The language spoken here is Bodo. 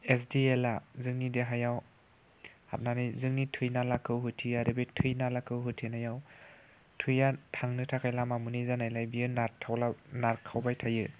एस डि एल आ जोंनि देहायाव हाबनानै जोंनि थै नालाखौ होथेयो आरो बे थै नालाखौ होथेनायाव थैया थांनो थाखाय लामा मोनै जानायलाय बियो नारथावला नारखावबाय थायो